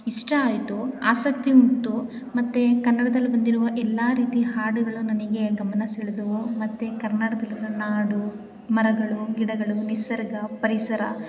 ಇಷ್ಟ ಆಯಿತು ಆಸಕ್ತಿ ಉಂಟು ಮತ್ತೆ ಕನ್ನಡದಲ್ಲಿ ಬಂದಿರುವ ಎಲ್ಲ ರೀತಿ ಹಾಡುಗಳು ನನಗೆ ಗಮನ ಸೆಳೆದವು ಮತ್ತೆ ಕರ್ನಾಟಕದಲ್ಲಿರೋ ನಾಡು ಮರಗಳು ಗಿಡಗಳು ನಿಸರ್ಗ ಪರಿಸರ